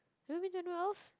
have I been to anywhere else